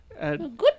good